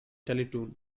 teletoon